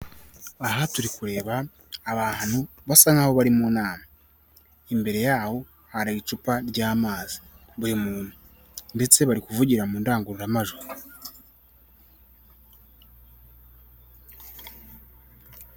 Aha turi kureba abantu basa nk'aho bari mu nama. Imbere yabo hari icupa ry'amazi buri muntu ndetse bari kuvugira mu ndangurugamajwi.